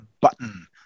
button